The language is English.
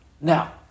Now